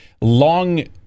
long